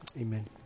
amen